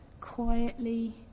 quietly